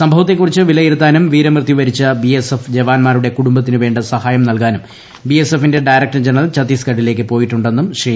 സംഭവത്തെ കുറിച്ച് വിലയിരുത്താനും വീരമൃത്യു വരിച്ച ബിഎസ്എഫ് ജവാന്മാരുടെ കുടുംബത്തിനു വേണ്ട സഹായം നല്കാനും ബിഎസ്എഫിന്റെ ഡയറക്ടർ ജനറൽ ഛത്തീസ്ഗഡിലേക്ക് പോയിട്ടുണ്ടെന്നും ശ്രീ